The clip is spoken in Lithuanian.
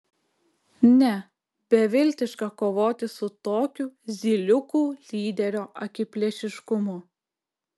ne beviltiška kovoti su tokiu zyliukų lyderio akiplėšiškumu